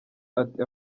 ati